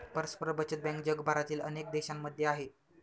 परस्पर बचत बँक जगभरातील अनेक देशांमध्ये आहे